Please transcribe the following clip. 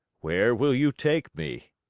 where will you take me?